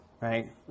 right